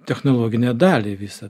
technologinę dalį visą